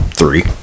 three